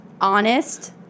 honest